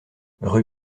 rue